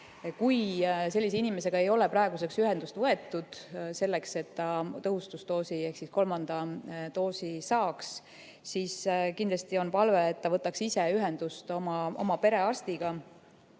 Kui sellise inimesega ei ole praeguseks ühendust võetud, selleks et ta tõhustusdoosi ehk kolmanda doosi saaks, siis kindlasti on palve, et ta võtaks ise ühendust oma perearstiga.